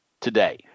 today